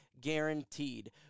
guaranteed